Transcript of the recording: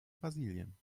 brasilien